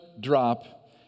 drop